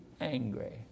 angry